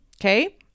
Okay